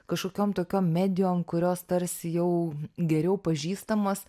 kažkokiom tokiom medijom ant kurios tarsi jau geriau pažįstamos